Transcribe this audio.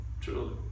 truly